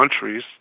countries